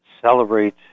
celebrate